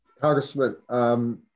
Congressman